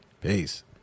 Peace